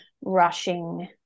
rushing